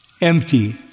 empty